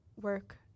work